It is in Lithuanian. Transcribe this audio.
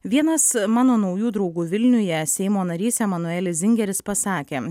vienas mano naujų draugų vilniuje seimo narys emanuelis zingeris pasakė